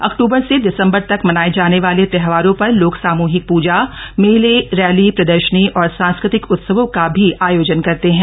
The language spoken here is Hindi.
अक्टूबर से दिसंबर तक मनाये जाने वाले त्योहारों पर लोग सामूहिक प्जा मेले रैली प्रदर्शनी और सांस्कृतिक उत्सवों का भी थ योजन करते हैं